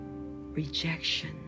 rejection